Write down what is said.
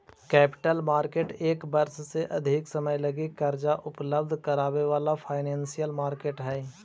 capital market एक वर्ष से अधिक समय लगी कर्जा उपलब्ध करावे वाला फाइनेंशियल मार्केट हई